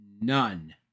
none